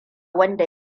wanda